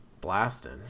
blasting